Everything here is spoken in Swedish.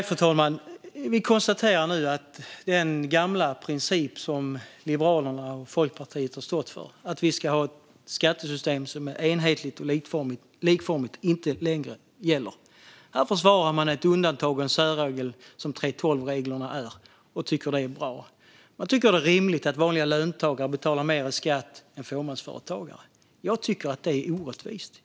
Fru talman! Vi kan konstatera att den gamla princip som först Folkpartiet och sedan Liberalerna stått för om att vi ska ha ett skattesystem som är enhetligt och likformigt inte längre gäller för dem. Här försvarar de det undantag och den särregel som 3:12-reglerna är och tycker att det är rimligt att vanliga löntagare betalar mer skatt än fåmansföretagare. Jag tycker att det är orättvist.